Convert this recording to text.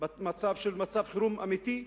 במצב של חירום אמיתי,